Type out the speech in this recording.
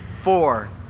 four